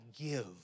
give